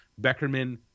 Beckerman